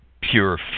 pure